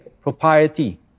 propriety